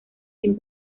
sin